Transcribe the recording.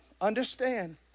understand